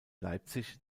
leipzig